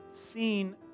seen